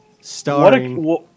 Starring